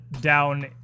down